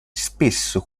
spesso